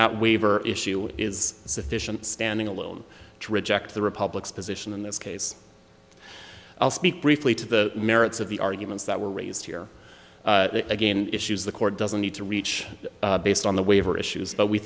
that waiver issue is sufficient standing alone to reject the republican position in this case i'll speak briefly to the merits of the arguments that were raised here again issues the court doesn't need to reach based on the waiver issues that we